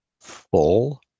full